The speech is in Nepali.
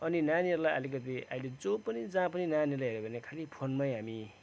अनि नानीहरूलाई अलिकति अहिले जो पनि जहाँ पनि नानीहरूलाई हेर्यो भने खालि फोनमै हामी